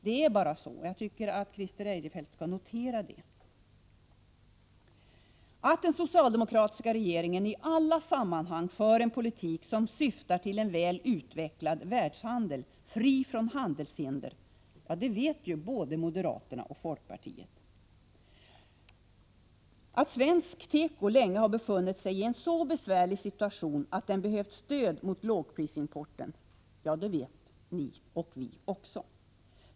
Det är bara så, och jag tycker att Christer Eirefelt skall notera det. Att den socialdemokratiska regeringen i alla sammanhang för en politik som syftar till en väl utvecklad världshandel, fri från handelshinder, det vet både moderaterna och folkpartiet. Att svensk teko länge har befunnit sig i en så besvärlig situation att den behövt stöd mot lågprisimporten, det vet ni och vi också.